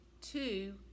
Two